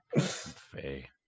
Faye